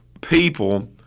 people